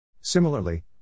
Similarly